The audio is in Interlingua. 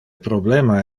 problema